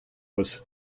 was